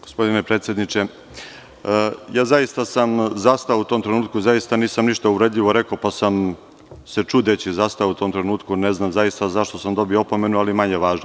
Gospodine predsedniče zaista sam zastao u tom trenutku, zaista nisam ništa uvredljivo rekao pa sam se čudeći zastao u tom trenutku, ne znam zaista zašto sam dobio opomenu, ali je manje važno.